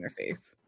interface